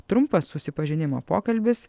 trumpas susipažinimo pokalbis